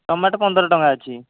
tomato ପନ୍ଦର ଟଙ୍କା ଅଛି